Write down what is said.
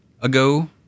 ago